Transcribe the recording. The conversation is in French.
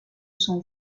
son